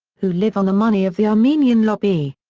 who live on the money of the armenian lobby.